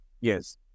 Yes